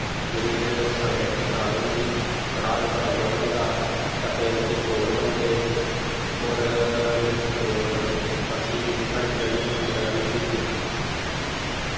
जेह्ड़ी इद्धर सगलें बिच्च दाल बनदी कड़ाह् बिच्च अम्बल बनदा टप्पें बिच्च चौल बनदे होर मिट्ठे चौल बनदे एह् चीजां साढ़ै इद्धरै दियां मश्हूर न